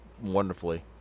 Wonderfully